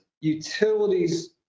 utilities